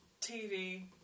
TV